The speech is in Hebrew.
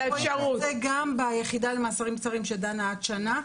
אנחנו רואים את זה גם ביחידה למאסרים קצרים שדנה עד שנה.